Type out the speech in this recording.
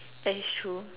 that's true